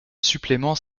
supplément